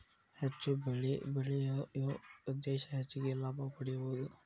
ಹೆಚ್ಚು ಬೆಳಿ ಬೆಳಿಯು ಉದ್ದೇಶಾ ಹೆಚಗಿ ಲಾಭಾ ಪಡಿಯುದು